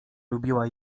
lubiła